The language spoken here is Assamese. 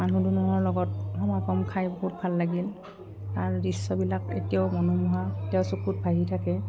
মানুহ দুনুহৰ লগত খাই বহুত ভাল লাগিল তাৰ দৃশ্যবিলাক এতিয়াও মনোমোহা এতিয়াও চকুত ভাহি থাকে